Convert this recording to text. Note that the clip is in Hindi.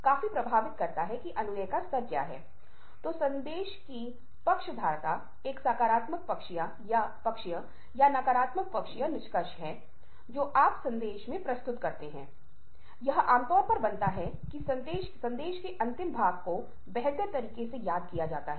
सहनशीलता से चीजों को सुनने की क्षमता सहनशीलता से उन चीजों को सुनने की क्षमता जिनके बारे में आप सहमत नहीं हो सकते हैं और उन पर दृढ़ता से प्रतिक्रिया नहीं देना एक अच्छी आदत है